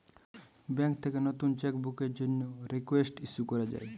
bank থেকে নতুন cheque বুকের জন্যে রিকোয়েস্ট ইস্যু করা যায়